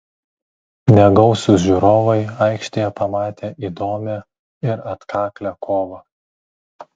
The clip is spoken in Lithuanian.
negausūs žiūrovai aikštėje pamatė įdomią ir atkaklią kovą